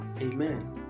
amen